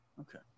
Okay